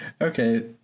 Okay